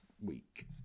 week